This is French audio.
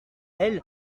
elle